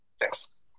Thanks